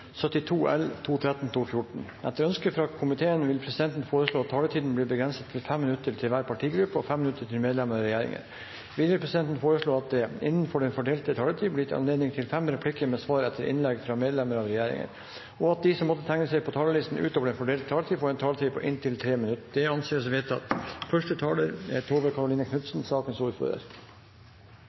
minutter til medlem av regjeringen. Videre vil presidenten foreslå at det innenfor den fordelte taletid blir gitt anledning til fem replikker med svar etter innlegg fra medlem av regjeringen, og at de som måtte tegne seg på talerlisten utover den fordelte taletid, får en taletid på inntil 3 minutter. – Det anses vedtatt.